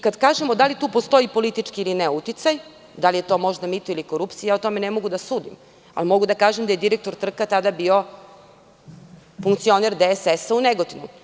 Kada kažemo da li tu postoji politički ili ne uticaj, da li je to možda mito ili korupcija, o tome ne mogu da sudim, ali mogu da kažem da je direktor trka tada bio funkcioner DSS u Negotinu.